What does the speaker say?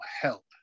help